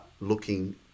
looking